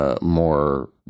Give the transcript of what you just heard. more